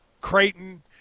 Creighton